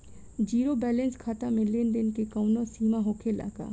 Zero balance खाता में लेन देन के कवनो सीमा होखे ला का?